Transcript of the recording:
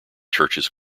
churches